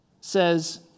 says